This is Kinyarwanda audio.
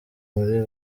muri